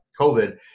COVID